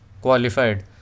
qualified